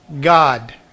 God